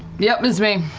yep, it's me.